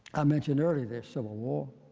i mentioned earlier the civil war,